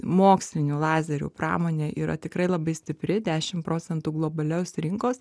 mokslinių lazerių pramonė yra tikrai labai stipri dešimt procentų globalios rinkos